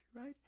right